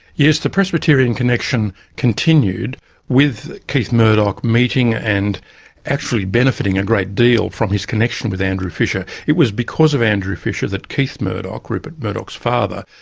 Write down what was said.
yes, the presbyterian connection continued with keith murdoch meeting and actually benefitting a great deal from his connection with andrew fisher. it was because of andrew fisher that keith murdoch, rupert murdoch's father,